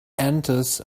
enters